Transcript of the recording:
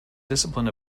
discipline